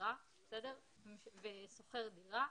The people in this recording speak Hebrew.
ושוכר דירה,